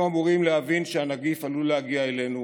אמורים להבין שהנגיף עלול להגיע אלינו